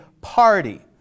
party